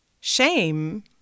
Shame